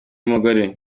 w’umugore